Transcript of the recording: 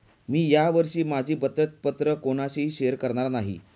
मी या वर्षी माझी बचत पत्र कोणाशीही शेअर करणार नाही